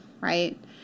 right